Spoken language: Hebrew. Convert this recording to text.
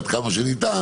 עד כמה שניתן,